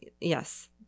yes